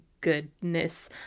goodness